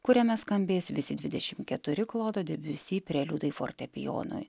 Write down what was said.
kuriame skambės visi dvidešim keturi klodo debiusy preliudai fortepijonui